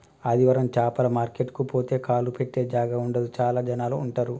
ఆదివారం చాపల మార్కెట్ కు పోతే కాలు పెట్టె జాగా ఉండదు చాల జనాలు ఉంటరు